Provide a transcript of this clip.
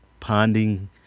ponding